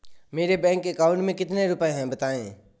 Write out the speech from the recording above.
मेरे bank account में कितने रुपए हैं बताएँ?